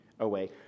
Away